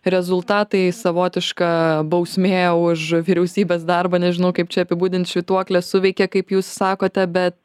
rezultatai savotiška bausmė už vyriausybės darbą nežinau kaip čia apibūdint švytuoklė suveikė kaip jūs sakote bet